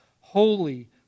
holy